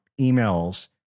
emails